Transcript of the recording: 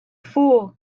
fool